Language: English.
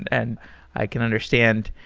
and i can understand.